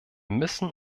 müssen